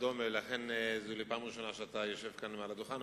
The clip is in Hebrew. לכן זו לי הפעם הראשונה שאתה יושב על הדוכן,